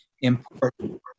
important